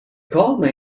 called